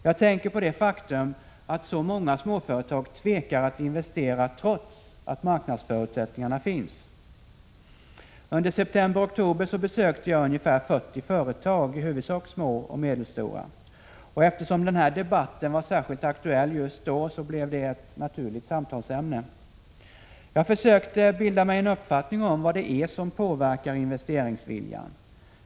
Jag tänker på det faktum att så många småföretag tvekar att investera trots att marknadsförutsättningarna finns. Under september-oktober besökte jag ungefär 40 företag, i huvudsak små och medelstora. Eftersom den här debatten var särskilt aktuell just då, så blev saken ett naturligt samtalsämne. Jag försökte bilda mig en uppfattning om vad det är som påverkar investeringsviljan.